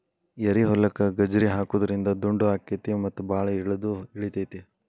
ಏರಿಹೊಲಕ್ಕ ಗಜ್ರಿ ಹಾಕುದ್ರಿಂದ ದುಂಡು ಅಕೈತಿ ಮತ್ತ ಬಾಳ ಇಳದು ಇಳಿತೈತಿ